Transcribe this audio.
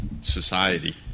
society